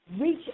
Reach